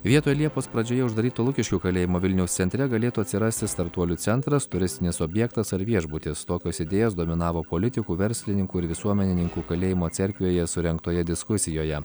vietoj liepos pradžioje uždaryto lukiškių kalėjimo vilniaus centre galėtų atsirasti startuolių centras turistinis objektas ar viešbutis tokios idėjos dominavo politikų verslininkų ir visuomenininkų kalėjimo cerkvėje surengtoje diskusijoje